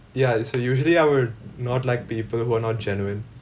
ya uh so usually I'll not like people who are not genuine